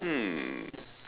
hmm